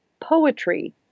poetry